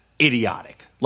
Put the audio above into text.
idiotic